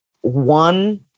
one